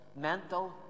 mental